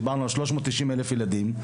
דיברנו על 390 אלף ילדים,